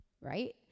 right